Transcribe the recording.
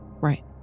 right